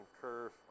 curve